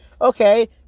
Okay